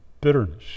bitterness